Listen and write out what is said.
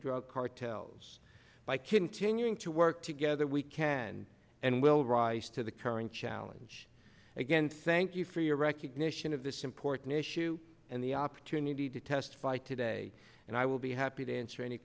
drug cartels by continuing to work together we can and will rise to the current challenge again thank you for your recognition of this important issue and the opportunity to testify today and i will be happy to answer any